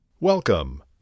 Welcome